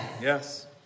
Yes